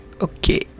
Okay